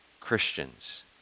Christians